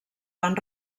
van